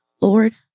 Lord